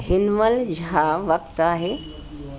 हिनमहिल छा वक़्तु आहे